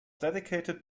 dedicated